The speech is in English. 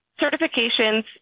certifications